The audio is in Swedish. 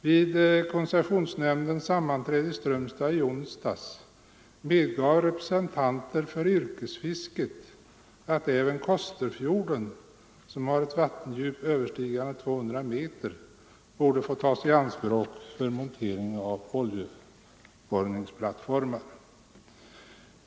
Vid koncessionsnämndens sammanträde i Strömstad i onsdags medgav representanter för yrkesfisket att även Kosterfjorden, som har ett vattendjup överstigande 200 meter, borde få tas i anspråk för montering av oljeborrningsplattformar.